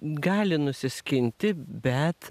gali nusiskinti bet